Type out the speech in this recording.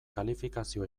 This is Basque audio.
kalifikazio